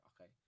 okay